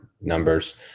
numbers